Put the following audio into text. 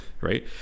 Right